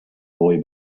boy